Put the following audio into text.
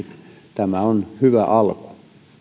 tämä on hyvä alku